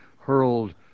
hurled